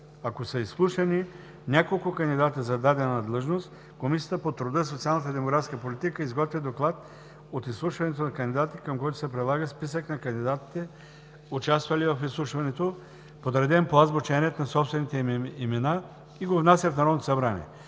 Ако са изслушани няколко кандидата за дадена длъжност, Комисията по труда, социалната и демографската политика изготвя доклад от изслушването на кандидатите, към който се прилага списък на кандидатите, участвали в изслушването, подреден по азбучен ред на собствените им имена и го внася в Народното събрание.